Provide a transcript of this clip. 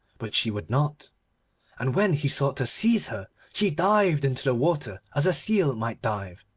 but she would not and when he sought to seize her she dived into the water as a seal might dive,